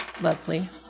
Lovely